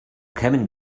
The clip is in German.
kämen